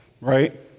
Right